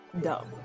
dumb